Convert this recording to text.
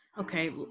Okay